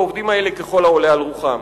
בעובדים האלה ככל העולה על רוחם".